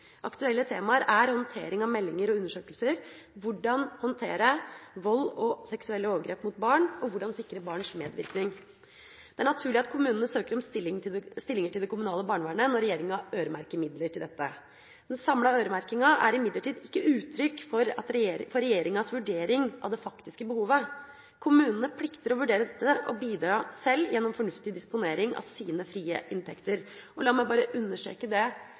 Aktuelle temaer er håndtering av meldinger og undersøkelser, hvordan håndtere vold og seksuelle overgrep mot barn og hvordan sikre barns medvirkning. Det er naturlig at kommunene søker om stillinger til det kommunale barnevernet når regjeringa øremerker midler til dette. Den samlede øremerkinga er imidlertid ikke uttrykk for regjeringas vurdering av det faktiske behovet. Kommunene plikter å vurdere dette og bidra sjøl gjennom fornuftig disponering av sine frie inntekter. La meg bare understreke at organisering og finansiering av det